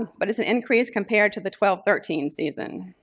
but it's an increase compared to the twelve thirteen season.